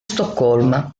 stoccolma